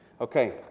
okay